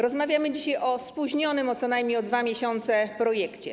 Rozmawiamy dzisiaj o spóźnionym co najmniej o 2 miesiące projekcie.